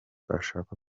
ashaka